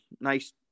nice